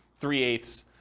three-eighths